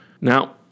Now